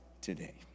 today